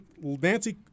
Nancy